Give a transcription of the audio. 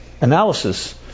analysis